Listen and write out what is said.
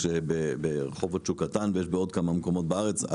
יש ברחובות שוק קטן ויש בעוד כמה מקומות בארץ.